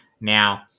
Now